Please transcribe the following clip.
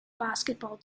basketball